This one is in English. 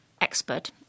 expert